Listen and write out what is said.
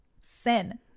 sin